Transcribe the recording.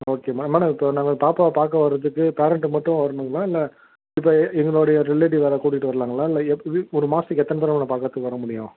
okay ma'am madam இப்போ நாங்கள் பாப்பாவை பார்க்க வர்றதுக்கு பேரன்ட் மட்டும் வரணுங்களா இல்லை இப்போ எங்களுடைய ரிலேட்டிவ் வேறு கூட்டிகிட்டு வராலாங்களா இல்லை எப்படி ஒரு மாதத்துக்கு எத்தனை தடவை நான் பார்க்கிறதுக்கு வர முடியும்